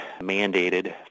mandated